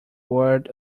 world